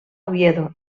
oviedo